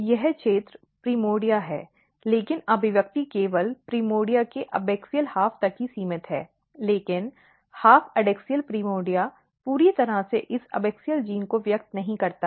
यह क्षेत्र प्राइमोर्डिया है लेकिन अभिव्यक्ति केवल प्राइमोर्डिया के एबाक्सिअल आधे तक ही सीमित है लेकिन आधा एडैक्सियल प्राइमोर्डिया पूरी तरह से इस एबैक्सियल जीन को व्यक्त नहीं करता है